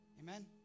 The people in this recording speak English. Amen